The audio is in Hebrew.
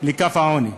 לקו העוני.